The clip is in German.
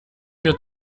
mir